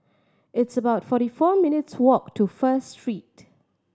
it's about forty four minutes' walk to First Street